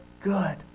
good